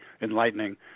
enlightening